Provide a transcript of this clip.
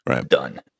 done